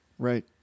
Right